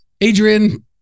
Adrian